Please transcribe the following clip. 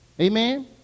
Amen